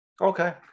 Okay